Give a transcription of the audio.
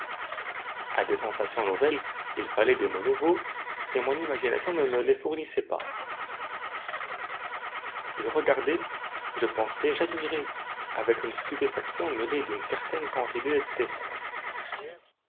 a des sensations nouvelles il fallait des mots nouveaux et mon imagination ne me les fournissait pas je regardais je pensais j'admirais avec une stupéfaction mêlée d'une certaine